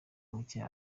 muke